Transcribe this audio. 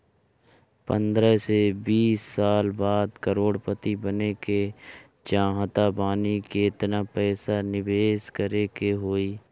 पंद्रह से बीस साल बाद करोड़ पति बने के चाहता बानी केतना पइसा निवेस करे के होई?